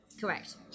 Correct